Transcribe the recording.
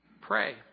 Pray